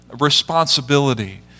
responsibility